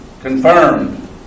confirmed